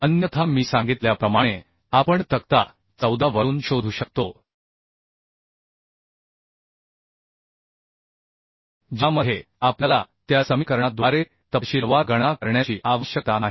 अन्यथा मी सांगितल्याप्रमाणे आपण तक्ता 14 वरून शोधू शकतो ज्यामध्ये आपल्याला त्या समीकरणा द्वारे तपशीलवार गणना करण्याची आवश्यकता नाही